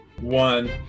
one